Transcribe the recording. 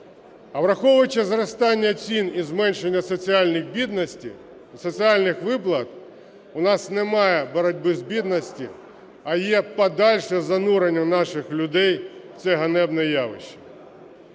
А, враховуючи зростання цін і зменшення соціальної бідності... соціальних виплат, у нас немає боротьби з бідністю, а є подальше занурення наших людей в це ганебне явище.